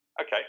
Okay